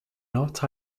not